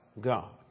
God